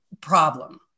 problem